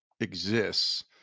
exists